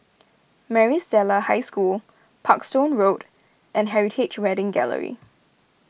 Maris Stella High School Parkstone Road and Heritage Wedding Gallery